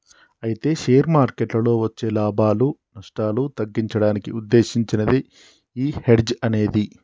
అయితే షేర్ మార్కెట్లలో వచ్చే లాభాలు నష్టాలు తగ్గించడానికి ఉద్దేశించినదే ఈ హెడ్జ్ అనేది